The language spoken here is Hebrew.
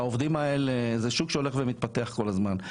זה שוק שהולך ומתפתח כל הזמן,